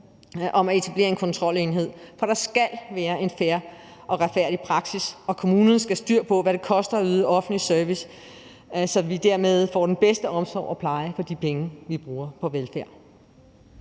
om at etablere en kontrolenhed, for der skal være en fair og retfærdig praksis, og kommunerne skal have styr på, hvad det koster at yde offentlig service, så vi dermed får den bedste omsorg og pleje for de penge, vi bruger på velfærd.